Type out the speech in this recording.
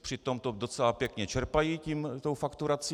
Přitom to docela pěkně čerpají tou fakturací.